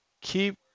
Keep